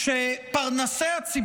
על תקציבי הישיבות,